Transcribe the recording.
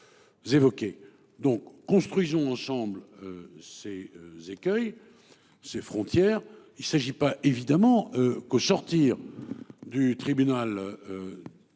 donc construisons ensemble ces écueils. Ses frontières. Il s'agit pas évidemment. Qu'au sortir du tribunal.